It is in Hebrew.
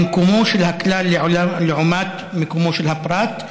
במקומו של הכלל לעומת מקומו של הפרט,